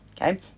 okay